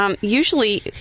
usually